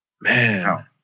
Man